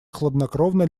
хладнокровно